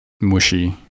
mushy